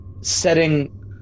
setting